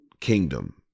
Kingdom